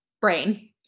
brain